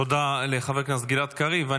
תודה לחבר הכנסת גלעד קריב.